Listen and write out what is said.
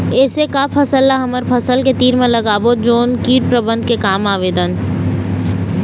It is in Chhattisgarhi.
ऐसे का फसल ला हमर फसल के तीर मे लगाबो जोन कीट प्रबंधन के काम आवेदन?